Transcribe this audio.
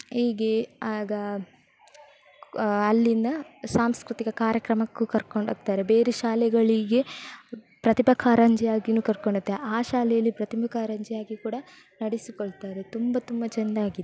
ಹೀಗೆ ಆಗ ಅಲ್ಲಿನ ಸಾಂಸ್ಕೃತಿಕ ಕಾರ್ಯಕ್ರಮಕ್ಕೂ ಕರ್ಕೊಂಡೋಗ್ತಾರೆ ಬೇರೆ ಶಾಲೆಗಳಿಗೆ ಪ್ರತಿಭಾ ಕಾರಂಜಿ ಆಗಿಯೂ ಕರ್ಕೊಂಡೋಗ್ತಾರೆ ಆ ಶಾಲೆಯಲ್ಲಿ ಪ್ರತಿಭಾ ಕಾರಂಜಿಯಾಗಿ ಕೂಡ ನಡೆಸಿಕೊಡ್ತಾರೆ ತುಂಬ ತುಂಬ ಚೆನ್ನಾಗಿದೆ